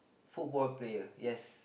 football player yes